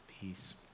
Peace